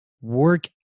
work